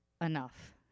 enough